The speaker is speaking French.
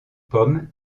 pomme